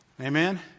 Amen